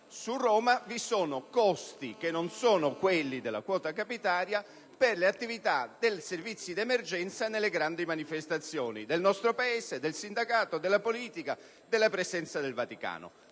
Roma sostiene costi che non sono quelli previsti dalla quota capitaria per svolgere attività e servizi di emergenza nelle grandi manifestazioni del nostro Paese, del sindacato, della politica o connesse alla presenza del Vaticano.